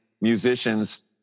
musicians